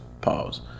Pause